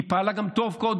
היא פעלה טוב גם קודם,